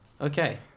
Okay